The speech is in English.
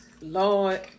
Lord